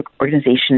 Organization